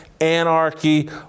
anarchy